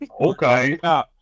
Okay